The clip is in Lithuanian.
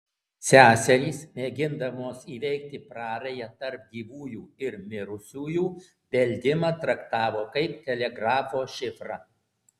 seserys mėgindamos įveikti prarają tarp gyvųjų ir mirusiųjų beldimą traktavo kaip telegrafo šifrą